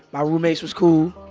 my roommates was cool.